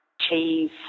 Cheese